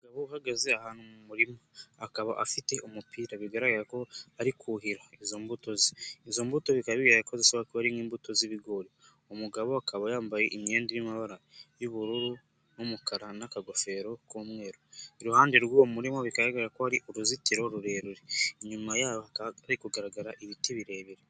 Umugabo uhagaze ahantu mu murima, akaba afite umupira bigaragara ko ari kuhira izo mbuto ze, izo mbuto bikaba bigaragara ko zishobora kuba ari nk'imbuto z'ibigori, umugabo akaba yambaye imyenda y'amabara y'ubururu n'umukara n'akagofero k'umweru, iruhande rw'uwo murima bigaragara ko ari uruzitiro rurerure, inyuma yaho hari kugaragara ibiti birebire.